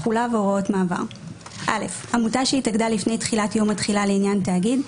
תחולה והוראת מעבר 14.(א) עמותה שהתאגדה לפני יום התחילה לעניין תאגיד,